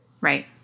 Right